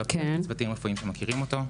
אני לא מכירה צוותים רפואיים שמכירים אותו.